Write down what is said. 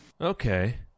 Okay